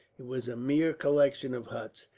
it was a mere collection of huts,